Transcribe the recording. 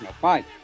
fine